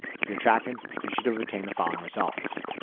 if you're tracking, you should have obtained the following results.